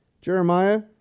Jeremiah